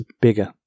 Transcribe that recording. bigger